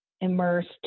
immersed